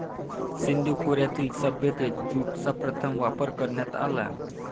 सिंधू खोऱ्यातील सभ्यतेत ज्यूटचा प्रथम वापर करण्यात आला